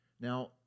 Now